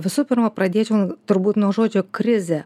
visų pirma pradėčiau turbūt nuo žodžio krizė